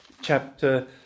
chapter